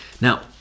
Now